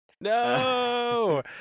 No